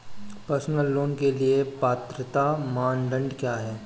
Personal loan के लिए पात्रता मानदंड क्या हैं?